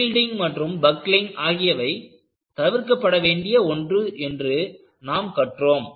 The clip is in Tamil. யீல்டிங் மற்றும் பக்லிங் ஆகியவை தவிர்க்கப்பட வேண்டிய ஒன்று என்று நாம் கற்றோம்